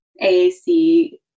AAC